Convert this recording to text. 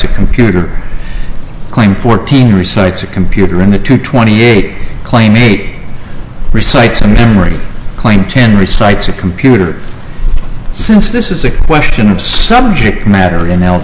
a computer claim fourteen recites a computer into two twenty eight claim eight recites a memory claim ten recites a computer since this is a question of subject matter in al